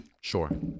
Sure